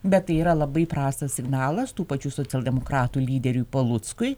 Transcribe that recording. bet tai yra labai prastas signalas tų pačių socialdemokratų lyderiui paluckui